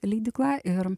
leidykla ir